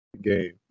game